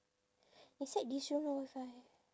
inside this room no WiFi